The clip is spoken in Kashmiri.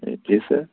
ہے تی سا